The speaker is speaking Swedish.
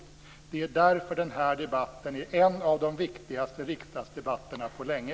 Det är därför den här debatten är en av de viktigaste riksdagsdebatterna på länge.